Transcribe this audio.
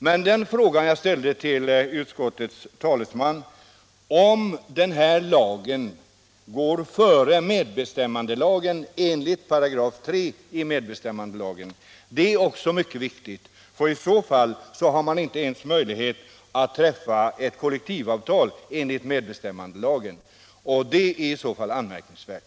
Men den fråga jag ställde till utskottets talesman huruvida denna lag går före medbestämmandelagen enligt 3 § i medbestämmandelagen är också den mycket viktig. I så fall har man inte ens möjlighet att träffa ett kollektivavtal enligt medbestämmandelagen, vilket är anmärkningsvärt.